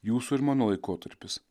jūsų ir mano laikotarpis